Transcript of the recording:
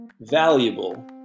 valuable